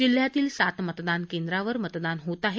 जिल्ह्यातील सात मतदान केंद्रावर मतदान होत आहे